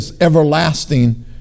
everlasting